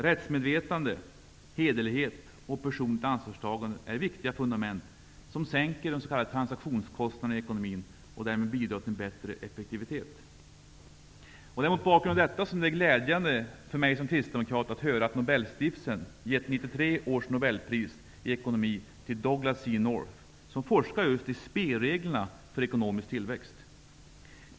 Rättsmedvetande, hederlighet och personligt ansvarstagande är viktiga fundament, som sänker de s.k. transaktionskostnaderna i ekonomin och därmed bidrar till en bättre effektivitet. Det är mot bakgrund av detta som det är glädjande för mig som kristdemokrat att höra att Nobelstiftelsen har gett 1993 års nobelpris i ekonomi till Douglas C. North, som forskar i just spelreglerna för ekonomisk tillväxt.